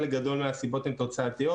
חלק גדול מהסיבות הן תוצאתיות.